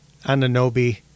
Ananobi